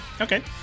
Okay